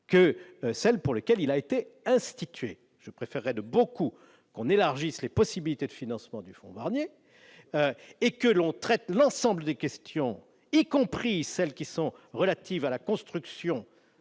que celles pour lesquelles il a été institué ! Je préférerais de beaucoup qu'on élargisse les possibilités de financement du fonds Barnier et que l'on traite l'ensemble des questions, y compris celles qui sont relatives à la construction,